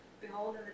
Behold